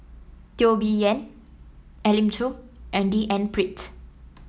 Teo Bee Yen Elim Chew and D N Pritt